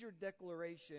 declaration